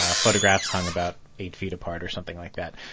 ah photographs hung about eight feet apart or something like that.